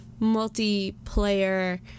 multiplayer